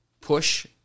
push